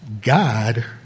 God